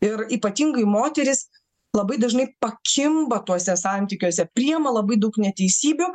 ir ypatingai moterys labai dažnai pakimba tuose santykiuose priima labai daug neteisybių